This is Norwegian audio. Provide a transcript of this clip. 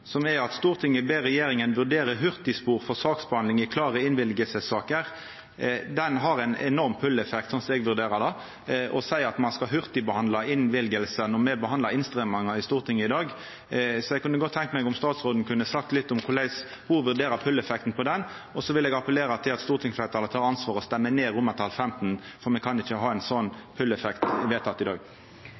som er at «Stortinget ber regjeringen vurdere hurtigspor for saksbehandling i klare innvilgelsessaker». Det har ein enorm pulleffekt, sånn som eg vurderer det, å seia at ein skal hurtigbehandla innvilgingar når me behandlar innstrammingar i Stortinget i dag. Eg kunne godt tenkt meg at statstråden kunne sagt litt om korleis ho vurderer pulleffekten på det, og eg vil appellera til at stortingsfleirtalet tek ansvar og stemmer mot vedtak XV, for me kan ikkje ha ein sånn pulleffekt vedteke i dag.